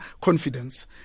confidence